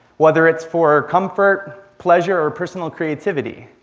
whether it's for comfort, pleasure, or personal creativity.